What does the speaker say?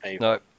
No